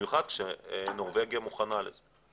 במיוחד כשנורבגיה מוכנה לזה.